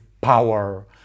power